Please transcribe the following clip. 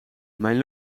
mijn